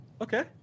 Okay